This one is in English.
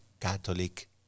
Catholic